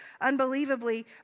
unbelievably